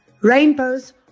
Rainbows